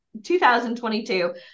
2022